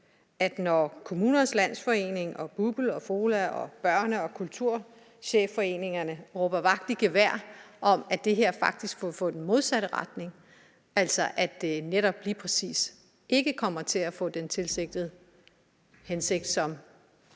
når Kommunernes Landsforening, BUPL, FOLA og Børne- og Kulturchefforeningen råber vagt i gevær om, at det her faktisk vil få det til at gå i den modsatte retning, altså at det netop lige præcis ikke kommer til at få den tilsigtede virkning, som